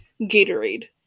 Gatorade